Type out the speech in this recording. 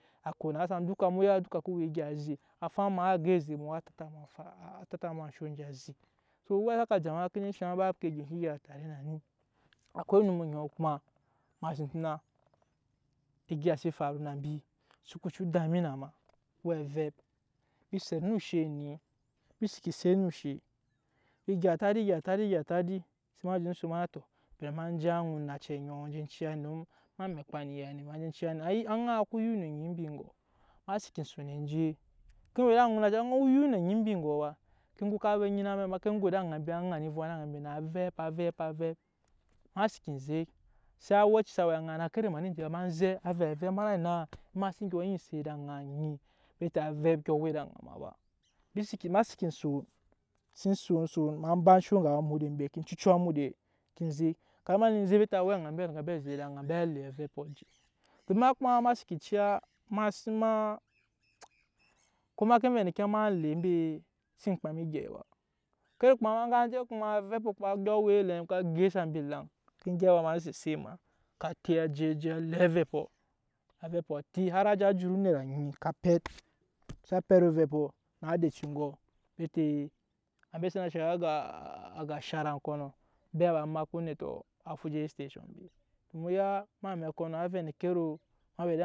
A konasa mu duka mu ya duka ku we egya eze afaŋ ma a go eze mu a tata mu ansho aze. akwai onum oŋɔ kuma egya se faru na mbi so cii dame na ma o we evɛp embi set no oshe enɛ embi seke set no oshe se lo son ma na tɔ bari ma je aŋa onacɛ oŋɔ ma je ciya ni don ma mekpa ne ya ni aŋaa ka yik no onyi mbi egoɔ ema seke son eje ke we ed'aŋa onacɛ aŋaa yik no onyi mbi egoɔ ma ke go á nyina ma ma ke go ede aŋa mbi á zɛ ŋani evwam ed'aŋa mbi avɛp avɛp avɛp ema seken zek se awɛci sa we aŋaa á na ma kada ma xne je ba ma zɛ avɛ avɛp ma na enaa ma xsen dyɔ nyi set ed'aŋa anyi na avɛp ka we ed'aŋa ma ba embi se ema seke son ma ba eŋge awa amude mbe ke cucu en zek kamin ma lo zek bete awɛ aŋa mbi mbe ba liga lo le avɛpɔ je tɔ ma kuma seke ciya ko ma vɛ ma le mbe ma xsen kpam egyɛi ba kada kuma je kuma avɛpɔ ka dyɔ we elɛm ka gose mbi elaŋ ma ke gyɛp awa ma set eset ma á ka ti á je je le avɛpɔ avɛpɔ ti har á je á jut onet anyi ka pɛt sa pɛt ovɛpɔ á denci egoɔ bete ambe sana shaŋ aga shara kɔnɔ embe ba makpa onetɔ á fu je enstation mbe mu ya em'amɛkɔ nɔ á vɛ endeke ro ma we ed'aŋa.